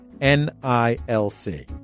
N-I-L-C